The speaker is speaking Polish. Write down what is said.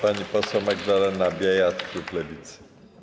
Pani poseł Magdalena Biejat, klub Lewicy.